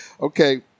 Okay